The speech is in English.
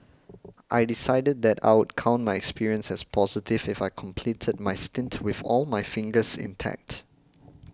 I decided that I would count my experience as positive if I completed my stint with all my fingers intact